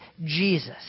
Jesus